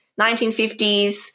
1950s